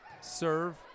Serve